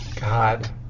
God